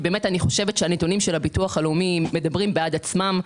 אני חושבת שהנתונים של הביטוח הלאומי מדברים בעד עצמם.